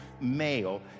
male